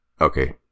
Okay